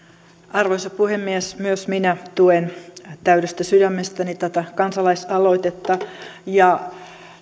arvoisa puhemies myös minä tuen täydestä sydämestäni tätä kansalaisaloitetta ja